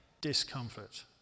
Discomfort